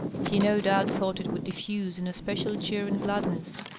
he no doubt thought it would diffuse an especial cheer and gladness,